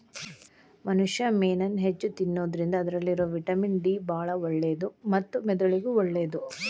ಮನುಷ್ಯಾ ಮೇನನ್ನ ಹೆಚ್ಚ್ ತಿನ್ನೋದ್ರಿಂದ ಅದ್ರಲ್ಲಿರೋ ವಿಟಮಿನ್ ಡಿ ಬಾಳ ಒಳ್ಳೇದು ಮತ್ತ ಮೆದುಳಿಗೂ ಒಳ್ಳೇದು